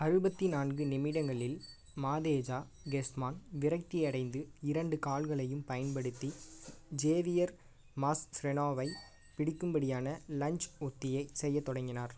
அறுபத்து நான்கு நிமிடங்களில் மாதேஜா கெஸ்மான் விரக்தியடைந்து இரண்டு கால்களையும் பயன்படுத்தி ஜேவியர் மாஸ்ரெனோவைப் பிடிக்கும்படியான லஞ்ஜ் உக்தியை செய்யத் தொடங்கினார்